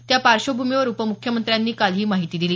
त्या पार्श्वभूमीवर उपमुख्यमंत्र्यांनी काल ही माहिती दिली